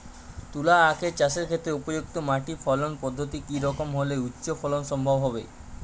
তুলো আঁখ চাষের ক্ষেত্রে উপযুক্ত মাটি ফলন পদ্ধতি কী রকম হলে উচ্চ ফলন সম্ভব হবে?